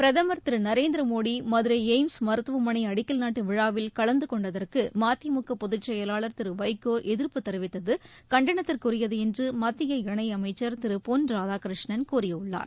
பிரதம் திரு நரேந்திரமோடி மதுரை எய்ம்ஸ் மருத்துவமனை அடிக்கல் நாட்டு விழாவில் கலந்து கொண்டதற்கு மதிமுக பொதுச்செயலாளர் திரு வைகோ எதிர்ப்பு தெரிவித்தது கண்டனத்திற்குரியது என்று மத்திய இணை அமைச்சர் திரு பொன் ராதாகிருஷ்ணன் கூறியுள்ளார்